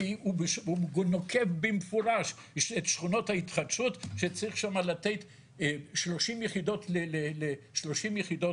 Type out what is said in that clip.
והוא נוקב במפורש את שכונות ההתחדשות שצריך שם לתת 30 יחידות לדונם.